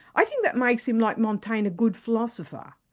i think that makes him, like montaigne, a good philosopher,